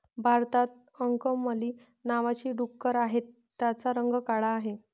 भारतात अंकमली नावाची डुकरं आहेत, त्यांचा रंग काळा आहे